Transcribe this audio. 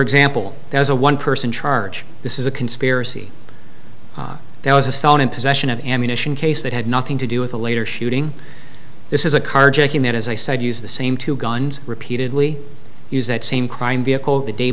example there was a one person charge this is a conspiracy there was a felon in possession of ammunition case that had nothing to do with the later shooting this is a carjacking that as i said used the same two guns repeatedly use that same crime vehicle the day